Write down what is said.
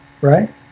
right